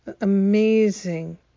amazing